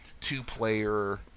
two-player